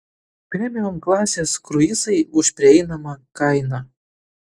premium klasės kruizai už prieinamą kainą